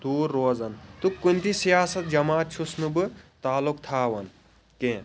دوٗر روزان تہٕ کُنہِ تہِ سیاست جماعت چھُس نہٕ بہٕ تعلق تھاوان کیٚنٛہہ